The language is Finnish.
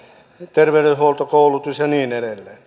terveydenhuoltokoulutus ja niin edelleen